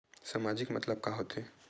सामाजिक मतलब का होथे?